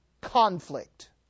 conflict